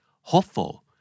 Hopeful